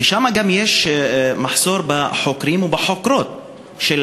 וגם יש שם מחסור בחוקרים ובחוקרות של